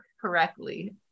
correctly